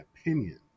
opinion